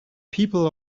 people